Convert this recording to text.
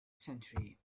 century